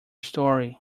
story